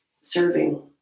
serving